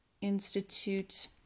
Institute